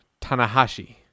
Tanahashi